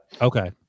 Okay